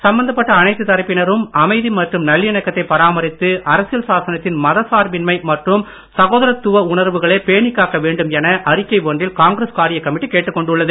சம்பந்தப்பட்ட அனைத்து தரப்பினரும் அமைதி மற்றும் நல்லிணக்கத்தை பராமரித்து அரசியல் சாசனத்தின் மத சார்பின்மை மற்றும் சகோதரத்துவ உணர்வுகளை பேணிகாக்க வேண்டும் என அறிக்கை ஒன்றில் காங்கிரஸ் காரிய கமிட்டி கேட்டுக் கொண்டுள்ளது